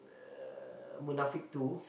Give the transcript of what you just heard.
uh Munafik two